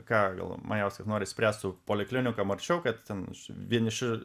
ką galvoja majauskas nori išspręst su poliklinikoj marčiau kad ten mūsų vieniši